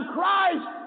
Christ